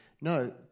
No